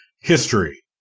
history